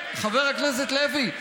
חבר הכנסת לוי,